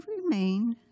remain